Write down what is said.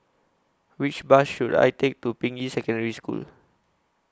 Which Bus should I Take to Ping Yi Secondary School